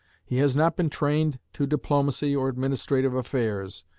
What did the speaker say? he has not been trained to diplomacy or administrative affairs,